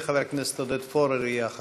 חבר הכנסת עודד פורר יהיה אחריו.